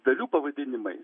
dalių pavadinimai